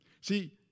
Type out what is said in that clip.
See